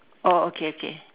oh okay okay